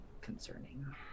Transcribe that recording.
concerning